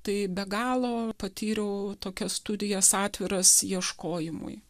tai be galo patyriau tokias studijas atviras ieškojimui